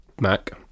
Mac